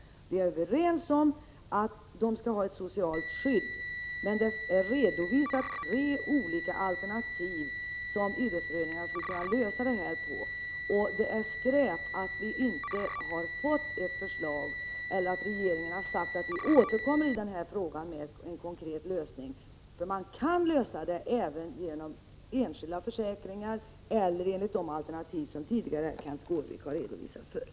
Vi är överens om att idrottsutövarna skall ha ett socialt skydd, men det redovisas tre olika alternativ för idrottsföreningarna att lösa frågan. Det är skräp att vi inte har fått ett förslag eller att regeringen efter en utredning sagt att man återkommer i frågan med en konkret lösning. Frågan kan nämligen lösas genom enskilda försäkringar också eller enligt de andra alternativ som Kenth Skårvik tidigare har redogjort för.